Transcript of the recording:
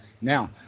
Now